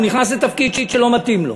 הוא נכנס לתפקיד שלא מתאים לו.